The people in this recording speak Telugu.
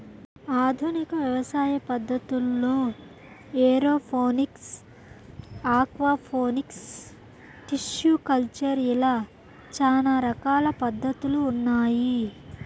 ఆధునిక వ్యవసాయ పద్ధతుల్లో ఏరోఫోనిక్స్, ఆక్వాపోనిక్స్, టిష్యు కల్చర్ ఇలా చానా రకాల పద్ధతులు ఉన్నాయి